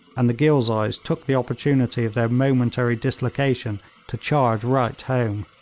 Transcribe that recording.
and the ghilzais took the opportunity of their momentary dislocation to charge right home.